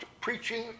preaching